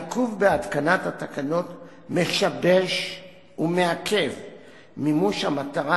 העיכוב בהתקנת התקנות משבש ומעכב את מימוש המטרה